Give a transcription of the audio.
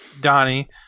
Donnie